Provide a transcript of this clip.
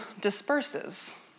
disperses